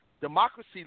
Democracy